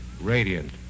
radiant